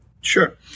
Sure